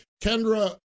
Kendra